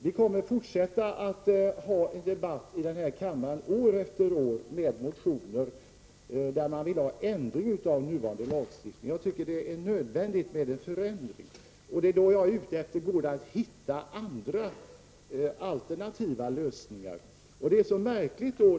Vi kommer att fortsätta att år efter år i denna kammare ha en debatt kring motioner vilka kräver en ändring av nuvarande lagstiftning. Men jag anser det vara nödvändigt med en förändring. Vad jag är ute efter är andra, alternativa lösningar.